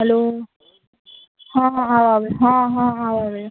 हलो हँ हँ आब आबैए हँ हँ आब आबैए